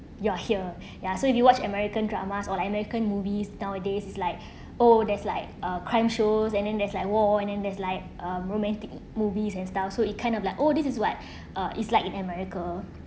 you're here ya so if you watch american drama or american movies nowadays like oh there's like a crime shows and then there's like war and then there's like um romantic movies and style so it kind of like oh this is what uh it's like in america